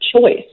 choice